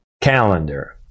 calendar